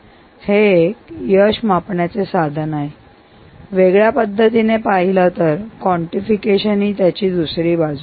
मूलतः हे एक यश मापण्याचे साधन आहे तर वेगळ्या पद्धतीने पाहिलं तर कॉन्टिफिकेशन ही दुसरी बाजू